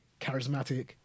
charismatic